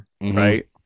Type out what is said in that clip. right